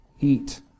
eat